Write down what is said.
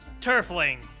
Turfling